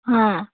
হ্যাঁ